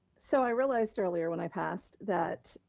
so i realized earlier when i passed that